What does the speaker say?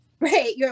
Right